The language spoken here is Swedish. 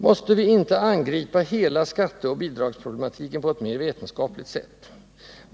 Måste vi inte angripa hela skatteoch bidragsproblematiken på ett mer vetenskapligt sätt?